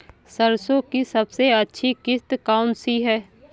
सरसो की सबसे अच्छी किश्त कौन सी है?